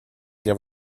для